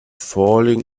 falling